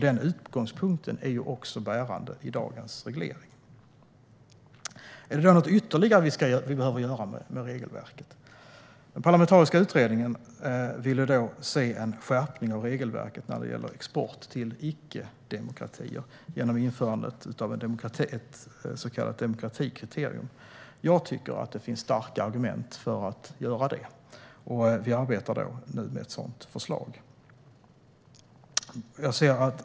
Denna utgångspunkt är också bärande i dagens reglering. Är det då något ytterligare vi behöver göra med regelverket? Den parlamentariska utredningen ville se en skärpning av regelverket när det gäller export till icke-demokratier genom att införa ett så kallat demokratikriterium. Jag tycker att det finns starka argument för att göra det, och vi arbetar nu med ett sådant förslag.